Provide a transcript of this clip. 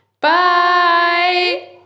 bye